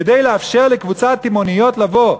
כדי לאפשר לקבוצת תימהוניות לבוא.